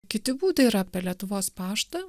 kiti būdai yra per lietuvos paštą